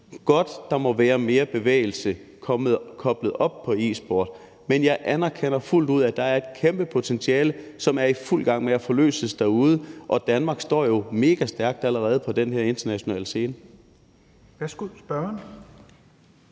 godt, at der må være mere bevægelse koblet op på e-sport. Men jeg anerkender fuldt ud, at der er et kæmpe potentiale, som er i fuld gang med at forløses derude, og Danmark står jo megastærkt allerede på den her internationale scene.